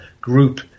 group